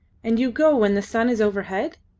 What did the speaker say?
and you go when the sun is overhead?